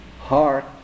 heart